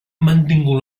mantingut